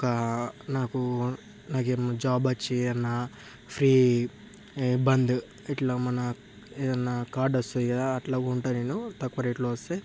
నాకు మంచి జాబ్ వచ్చి అయినా ఫ్రీ బంద్ ఇట్ల మన ఏదన్నా కార్డు వస్తది కదా అట్లా కొంటా నేను తక్కువ రేట్లో వస్తే